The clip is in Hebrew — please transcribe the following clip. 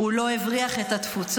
הוא לא הבריח את התפוצות.